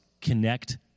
connect